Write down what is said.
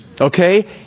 Okay